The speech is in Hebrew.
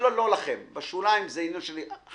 בשבועות לא לכם בשוליים זה עניין של חלב,